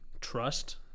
trust